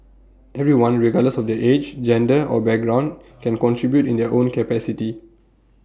everyone regardless of their age gender or background can contribute in their own capacity